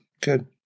Good